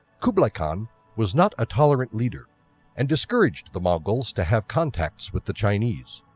kublai khan was not a tolerant leader and discouraged the mongols to have contacts with the chinese.